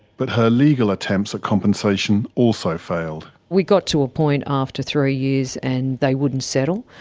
but her legal attempts at compensation also failed. we got to a point after three years and they wouldn't settle,